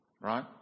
Right